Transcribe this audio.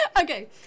Okay